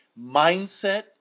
mindset